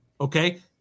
okay